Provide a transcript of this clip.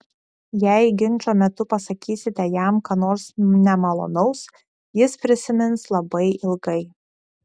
jei ginčo metu pasakysite jam ką nors nemalonaus jis prisimins labai ilgai